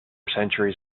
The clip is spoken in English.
centuries